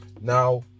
Now